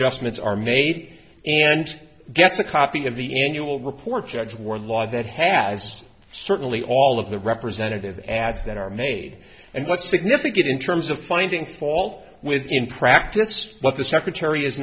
adjustments are made and get a copy of the annual report judge war law that has certainly all of the representative ads that are made and what's significant in terms of finding fault with in practice what the secretary is